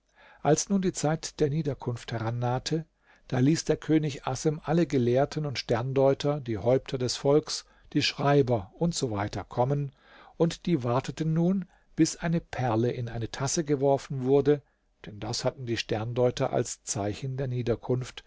als nun die zeit der niederkunft herannahte da ließ der könig assem alle gelehrten und sterndeuter die häupter des volks die schreiber usw kommen und sie warteten nun bis eine perle in eine tasse geworfen wurde denn das hatten die sterndeuter als zeichen der niederkunft